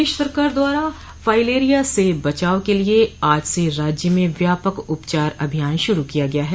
प्रदेश सरकार द्वारा फाइलेरिया से बचाव के लिए आज से राज्य में व्यापक उपचार अभियान शुरू किया गया है